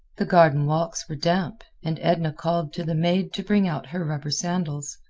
the garden walks were damp, and edna called to the maid to bring out her rubber sandals.